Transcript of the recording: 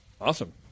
awesome